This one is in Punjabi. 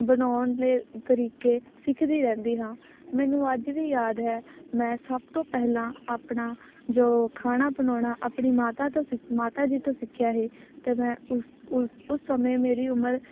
ਬਣਾਉਣ ਦੇ ਤਰੀਕੇ ਸਿੱਖਦੀ ਰਹਿੰਦੀ ਹਾਂ ਮੈਨੂੰ ਅੱਜ ਵੀ ਯਾਦ ਹੈ ਮੈਂ ਸਭ ਤੋਂ ਪਹਿਲਾ ਆਪਣਾ ਜੋ ਖਾਣਾ ਬਣਾਉਣਾ ਆਪਣੀ ਮਾਤਾ ਤੋਂ ਸਿੱਖ ਮਾਤਾ ਜੀ ਤੋਂ ਸਿੱਖਿਆ ਸੀ ਅਤੇ ਮੈਂ ਉਸ ਉਸ ਉਸ ਸਮੇਂ ਮੇਰੀ ਉਮਰ